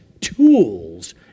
tools